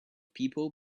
people